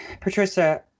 Patricia